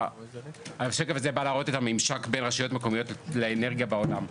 השקף הזה בא להראות את הממשק ברשויות מקומיות לאנרגיה בעולם.